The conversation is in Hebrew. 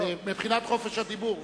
מבחינת חופש הדיבור.